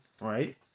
Right